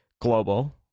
Global